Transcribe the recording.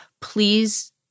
please